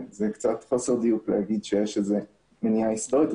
זה קצת חוסר דיוק להגיד שיש מניעה היסטורית.